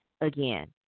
again